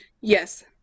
Yes